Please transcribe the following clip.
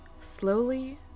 Slowly